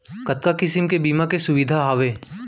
कतका किसिम के बीमा के सुविधा हावे?